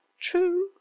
True